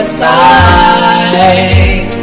side